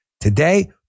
today